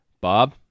Bob